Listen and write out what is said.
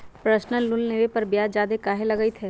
Personal loan लेबे पर ब्याज ज्यादा काहे लागईत है?